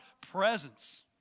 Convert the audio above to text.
presence